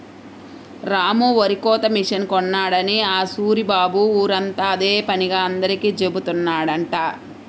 రాము వరికోత మిషన్ కొన్నాడని ఆ సూరిబాబు ఊరంతా అదే పనిగా అందరికీ జెబుతున్నాడంట